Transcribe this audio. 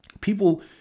People